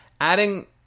adding